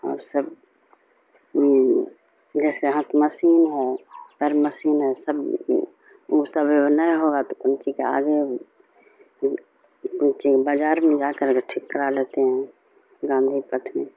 اور سب جیسے ہاتھ مشین ہے پیر مشین ہے سب وہ سب نہیں ہوگا تو کن چی کا آگے کن چی بازار میں جا کر کے ٹھیک کرا لیتے ہیں